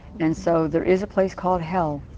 and so there is a place called hell.